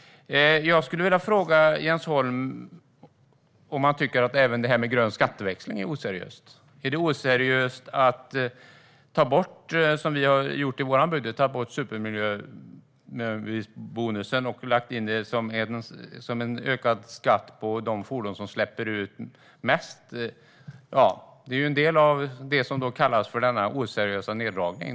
Jag skulle vilja fråga Jens Holm om han tycker att även grön skatteväxling är oseriöst. Är det oseriöst att göra som vi har gjort i vår budget och ta bort supermiljöbilsbonusen och lägga in den som en ökad skatt på de fordon som släpper ut mest? Det är en del av det som kallas för en oseriös neddragning.